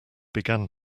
began